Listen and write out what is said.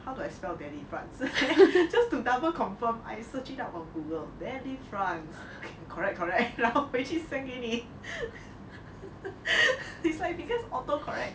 how do I spell Delifrance just to double confirm I search it up on google Delifrance okay correct correct 然后回去 send 给你 is like because auto correct